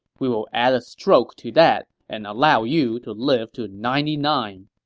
we'll we'll add a stroke to that and allow you to live to ninety nine.